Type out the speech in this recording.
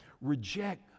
Reject